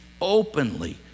openly